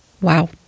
Wow